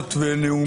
במסאות ונאומים.